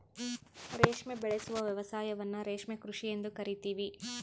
ರೇಷ್ಮೆ ಉಬೆಳೆಸುವ ವ್ಯವಸಾಯವನ್ನ ರೇಷ್ಮೆ ಕೃಷಿ ಎಂದು ಕರಿತೀವಿ